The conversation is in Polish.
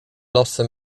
losy